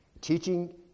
Teaching